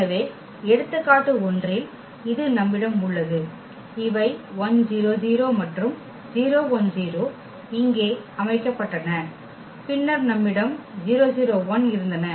எனவே எடுத்துக்காட்டு 1 இல் இது நம்மிடம் உள்ளது இவை மற்றும் இங்கே அமைக்கப்பட்டன பின்னர் நம்மிடம் இருந்தன